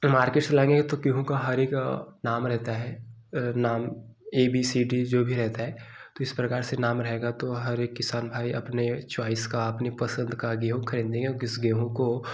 market से लाएँगे तो गेहूँ का हर एक नाम रहता है नाम ए बी सी डी जो भी रहता है तो इस प्रकार से नाम रहेगा तो हर एक किसान भाई अपने चॉइस का अपनी पसंद का गेहूँ खरीदेंगे इस गेहूँ को